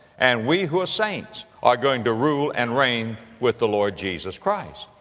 and we who are saints are going to rule and reign with the lord jesus christ.